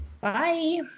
bye